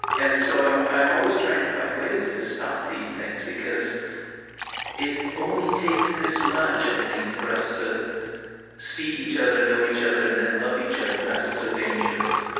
and so i'm i'm always trying to find ways to stop these things, because it only takes this much, i think, for us to see each other, know each other, and then, love each other. and that's what's so dangerous.